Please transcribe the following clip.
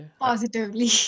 positively